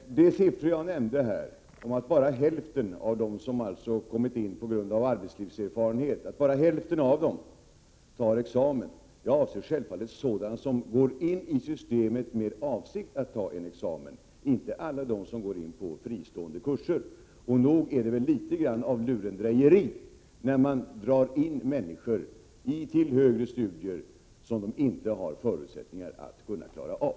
De siffror jag nämnde om att bara hälften av dem som kommit in på universitetsoch högskoleutbildning på grund av arbetslivserfarenhet tar examen avser självfallet personer som går in i systemet med avsikt att ta en examen — inte alla dem som går in på fristående kurser. Nog är det väl litet grand av lurendrejeri att ta in människor till högre studier som de inte har förutsättningar att klara av.